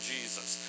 Jesus